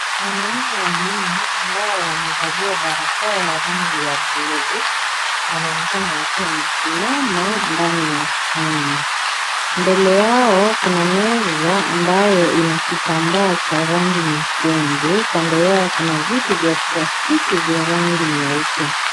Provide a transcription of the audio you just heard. Wanaume wanne, ambao wamevalia barakoa ya rangi ya buluu, wanaonekana wakiwa wamesimama ndani ya hema. Mbele yao, kuna meza ambayo ina kitambaa cha rangi nyekundu. Kando yao, kuna viti vya plastiki vya rangi nyeupe.